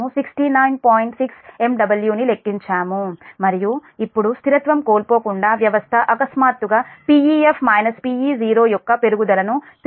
6 MW ని లెక్కించాము మరియు ఇప్పుడు స్థిరత్వం కోల్పోకుండా వ్యవస్థ అకస్మాత్తుగా Pef Pe0 యొక్క పెరుగుదలను 383